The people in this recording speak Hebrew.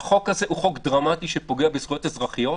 החוק הזה הוא חוק דרמטי שפוגע בזכויות אזרחיות,